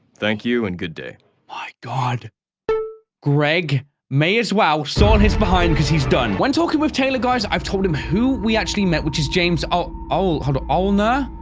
thank you and good day my god greg may as well shawn his behind cuz he's done when talking with taylor guys i've told him who we actually met which is james ah old owner.